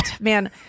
man